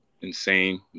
insane